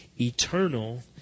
eternal